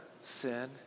sin